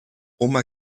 oma